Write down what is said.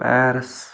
Paris